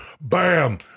bam